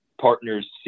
partners